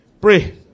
Pray